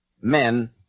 Men